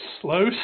slow